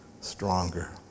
stronger